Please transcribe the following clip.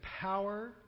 power